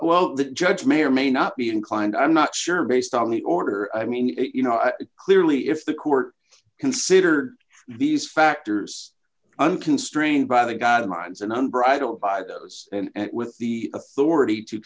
well the judge may or may not be inclined i'm not sure based on the order i mean you know clearly if the court considered these factors unconstrained by the guidelines and unbridled by those and with the authority to